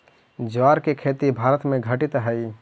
ज्वार के खेती भारत में घटित हइ